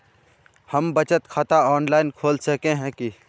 हम बचत खाता ऑनलाइन खोल सके है की?